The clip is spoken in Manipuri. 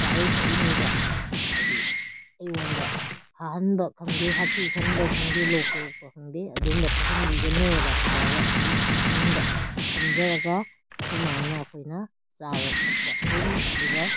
ꯆꯥꯔꯤ ꯊꯛꯏꯉꯩꯗ ꯍꯥꯏꯗꯤ ꯑꯩꯉꯣꯟꯗ ꯍꯥꯍꯟꯕ ꯈꯪꯗꯦ ꯍꯥꯛꯊꯤ ꯈꯟꯕ ꯈꯪꯗꯦ ꯂꯣꯛ ꯈꯨꯔꯛꯄ ꯈꯪꯗꯦ ꯑꯗꯨꯝꯕ ꯇꯧꯍꯟꯕꯤꯒꯅꯨꯑꯅ ꯍꯥꯏꯔꯒ ꯑꯩꯒꯤ ꯊꯃꯣꯏꯅꯨꯡꯗ ꯈꯟꯖꯔꯒ ꯑꯗꯨꯃꯥꯏꯅ ꯑꯩꯈꯣꯏꯅ ꯆꯥꯕ ꯊꯛꯄ ꯍꯧꯏ ꯑꯗꯨꯒ